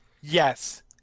Yes